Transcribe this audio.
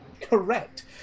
Correct